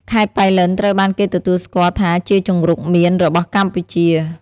ខេត្តប៉ៃលិនត្រូវបានគេទទួលស្គាល់ថាជាជង្រុកមៀនរបស់កម្ពុជា។